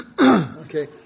Okay